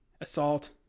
assault